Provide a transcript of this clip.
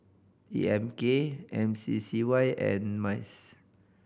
E M K M C C Y and MICE